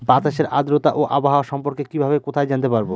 বাতাসের আর্দ্রতা ও আবহাওয়া সম্পর্কে কিভাবে কোথায় জানতে পারবো?